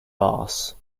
boss